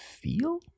feel